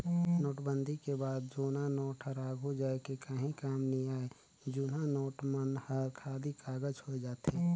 नोटबंदी के बाद जुन्ना नोट हर आघु जाए के काहीं काम नी आए जुनहा नोट मन हर खाली कागज होए जाथे